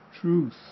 truth